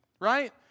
right